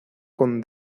con